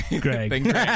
Greg